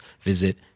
visit